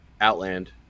Outland